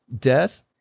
death